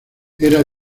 era